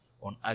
on